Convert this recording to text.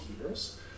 years